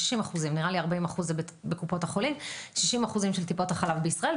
של טיפות החלב בישראל,